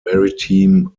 maritime